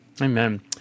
Amen